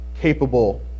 capable